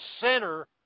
center